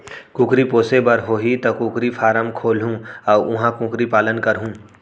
कुकरी पोसे बर होही त कुकरी फारम खोलहूं अउ उहॉं कुकरी पालन करहूँ